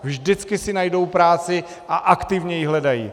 Vždycky si najdou práci a aktivně ji hledají.